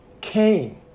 Cain